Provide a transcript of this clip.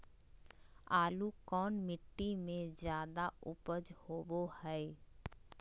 आलू कौन मिट्टी में जादा ऊपज होबो हाय?